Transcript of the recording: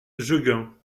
jegun